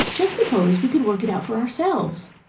just suppose we could work it out for ourselves!